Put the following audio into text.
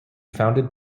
founded